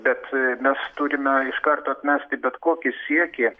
bet mes turime iš karto atmesti bet kokį siekį